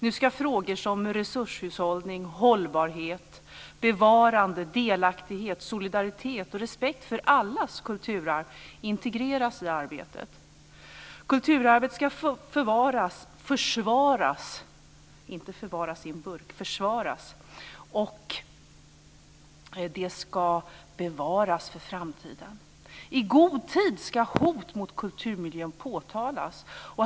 Nu ska frågor som resurshushållning, hållbarhet, bevarande, delaktighet, solidaritet och respekt för allas kulturarv integreras i det arbetet. Kulturarvet ska försvaras, och det ska bevaras för framtiden. I god tid ska hot mot kulturmiljön påtalas.